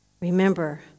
Remember